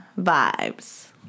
vibes